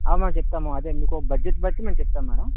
ఆ మ్యమ్ చెప్తాను అదే మీకు బడ్జెట్ బట్టి మేము చెప్తాము మేడం